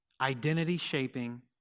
identity-shaping